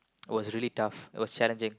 was really tough it was challenging